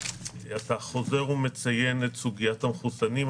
אתה חוזר ומציין את סוגיית המחוסנים.